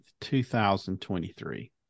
2023